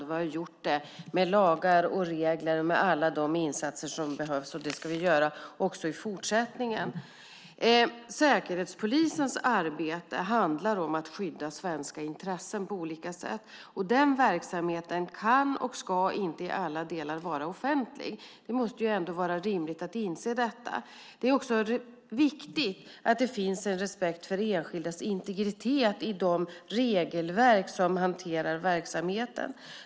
Vi har gjort det med lagar, regler och alla de insatser som behövs, och det ska vi göra också i fortsättningen. Säkerhetspolisens arbete handlar om att skydda svenska intressen på olika sätt, och den verksamheten kan inte och ska inte i alla delar vara offentlig. Det måste vara rimligt att inse detta. Det är också viktigt att det finns en respekt för enskildas integritet i de regelverk som hanterar verksamheten.